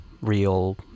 real